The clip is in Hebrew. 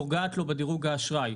פוגעת לו בדרוג האשראי.